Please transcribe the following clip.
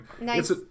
Nice